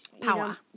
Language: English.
Power